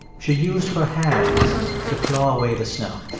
she used her hands to claw away the snow.